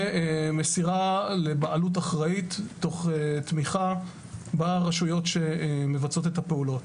ומסירה לבעלות אחראית תוך תמיכה ברשויות שמבצעות את הפעולות.